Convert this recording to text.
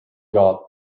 god